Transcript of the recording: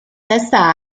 testa